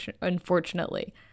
unfortunately